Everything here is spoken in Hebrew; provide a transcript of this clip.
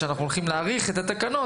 שבה אנחנו הולכים להאריך את התקנות,